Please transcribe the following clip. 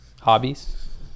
hobbies